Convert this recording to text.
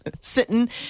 sitting